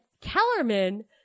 Kellerman